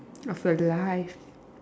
of your life